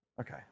Okay